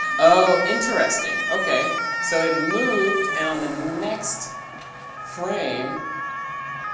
oh, interesting. ok. so it moved. and on the next frame,